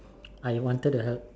I wanted to help